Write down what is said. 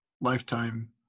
Lifetime